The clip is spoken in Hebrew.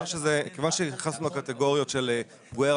כיוון שנכנסנו לקטגוריות של פגועי